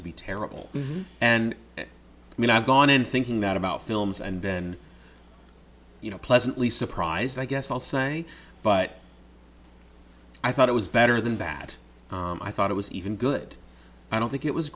to be terrible and i mean i've gone in thinking that about films and then you know pleasantly surprised i guess i'll say but i thought it was better than that i thought it was even good i don't think it was